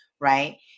right